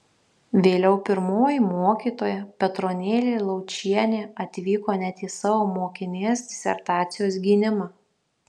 vėliau pirmoji mokytoja petronėlė laučienė atvyko net į savo mokinės disertacijos gynimą